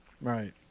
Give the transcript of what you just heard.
Right